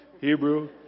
Hebrew